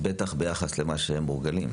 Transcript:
בטח ביחס למה שהם מורגלים בו.